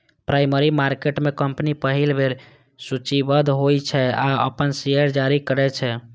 primary market में company पहिल बेर सूचीबद्ध होइ छै आ अपन शेयर जारी करै छै